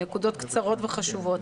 נקודות קצרות וחשובות.